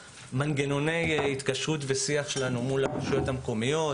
מנגנוני ההתקשרות והשיח שלנו מול הרשויות המקומיות.